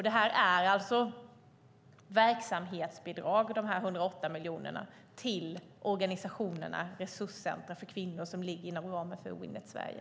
De här 108 miljonerna är alltså verksamhetsbidrag till organisationerna resurscentrum för kvinnor som ligger inom ramen för Winnet Sverige.